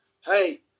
hey